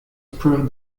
proof